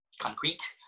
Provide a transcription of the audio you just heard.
concrete